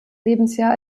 lebensjahr